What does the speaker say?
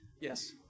Yes